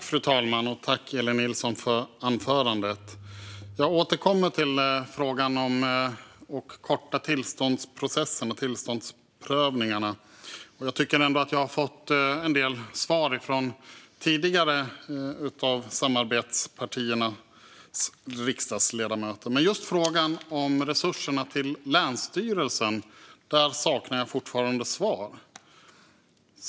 Fru talman! Tack, Elin Nilsson, för anförandet! Jag återkommer till frågan om att korta processen vid tillståndsprövningar. Jag tycker ändå att jag har fått en del svar av tidigare talare från samarbetspartierna, men just i frågan om resurserna till länsstyrelserna saknar jag fortfarande svar.